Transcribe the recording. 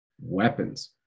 weapons